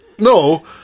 No